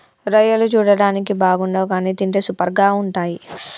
రొయ్యలు చూడడానికి బాగుండవ్ కానీ తింటే సూపర్గా ఉంటయ్